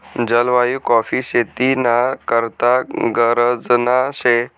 जलवायु काॅफी शेती ना करता गरजना शे